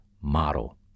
model